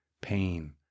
pain